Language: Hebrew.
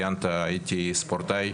מי שרוצה לדבר